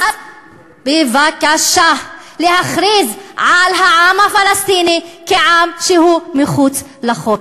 אז בבקשה להכריז על העם הפלסטיני כעם שהוא מחוץ לחוק.